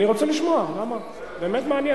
אני רוצה לשמוע, באמת מעניין.